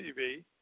TV